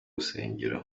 rusengero